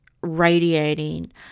radiating